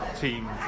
team